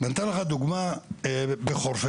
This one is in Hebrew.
נתנו לך דוגמה בחורפיש.